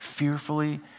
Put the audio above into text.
Fearfully